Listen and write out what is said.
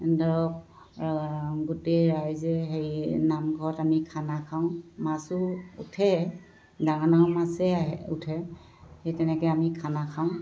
ধৰক গোটেই ৰাইজে হেৰি নামঘৰত আমি খানা খাওঁ মাছো উঠে ডাঙৰ ডাঙৰ মাছেই আহে উঠে সেই তেনেকৈ আমি খানা খাওঁ